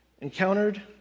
encountered